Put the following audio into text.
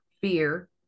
fear